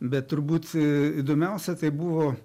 bet turbūt e įdomiausia tai buvo